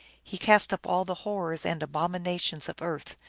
he cast up all the horrors and abominations of earth,